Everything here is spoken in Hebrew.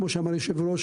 כמו שאמר היושב-ראש,